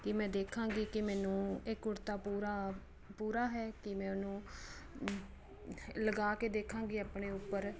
ਕਿ ਮੈਂ ਦੇਖਾਂਗੀ ਕਿ ਮੈਨੂੰ ਇਹ ਕੁੜਤਾ ਪੂਰਾ ਪੂਰਾ ਹੈ ਕਿ ਮੈਂ ਉਹਨੂੰ ਲਗਾ ਕੇ ਦੇਖਾਂਗੀ ਆਪਣੇ ਉੱਪਰ